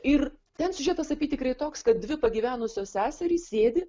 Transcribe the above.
ir ten siužetas apytikriai toks kad dvi pagyvenusios seserys sėdi